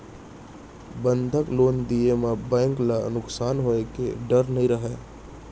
बंधक लोन दिये म बेंक ल नुकसान होए के डर नई रहय